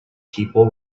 people